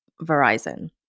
Verizon